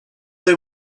they